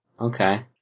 Okay